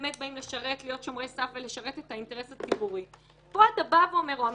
באמת באים להיות שומרי סף ולשרת את האינטרס הציבורי; שהממשלה